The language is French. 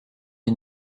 les